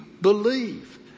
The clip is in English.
believe